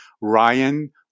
Ryan